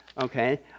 Okay